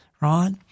right